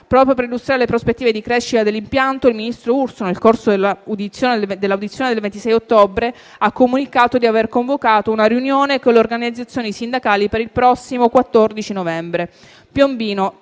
(proprio per illustrare le prospettive di crescita dell'impianto, il ministro Urso, nel corso dell'audizione del 26 ottobre, ha comunicato di aver convocato una riunione con le organizzazioni sindacali per il prossimo 14 novembre);